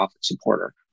supporter